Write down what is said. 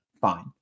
fine